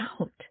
out